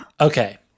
okay